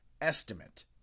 estimate